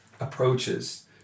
approaches